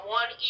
one